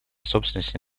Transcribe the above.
собственности